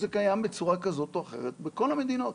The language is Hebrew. זה קיים בצורה כזאת או אחרת בכל המדינות.